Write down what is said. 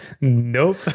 nope